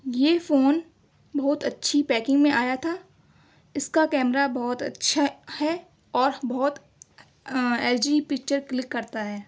یہ فون بہت اچھی پیکنگ میں آیا تھا اِس کا کیمرہ بہت اچھا ہے اور بہت ایچ ڈی پکچر کلک کرتا ہے